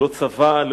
ללא צבא,